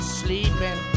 sleeping